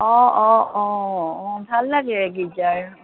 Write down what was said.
অঁ অঁ অঁ অ ভাল লাগে গীৰ্জাৰ